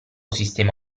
sistema